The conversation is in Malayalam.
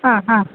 ആ ആ